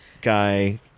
guy